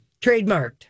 Trademarked